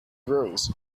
rose